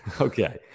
Okay